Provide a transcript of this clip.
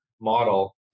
model